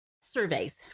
surveys